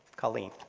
colleen.